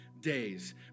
days